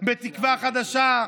בתקווה חדשה,